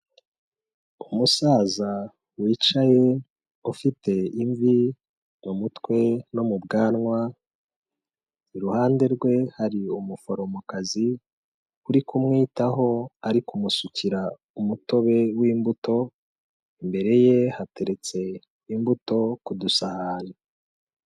Umusaza wicaye ufite imvi mu mutwe no mu bwanwa, iruhande rwe hari umuforomokazi uri kumwitaho ari kumusukira umutobe w'imbuto, imbere ye hateretse imbuto kudusahane.